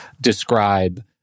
describe